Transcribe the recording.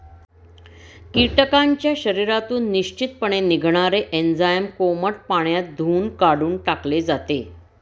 कीटकांच्या शरीरातून निश्चितपणे निघणारे एन्झाईम कोमट पाण्यात धुऊन काढून टाकले जाते